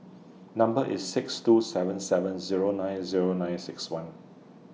Number IS six two seven seven Zero nine Zero nine six one